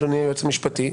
אדוני היועץ המשפטי,